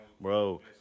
bro